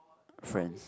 friends